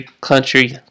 Country